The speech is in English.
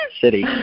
city